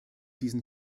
diesen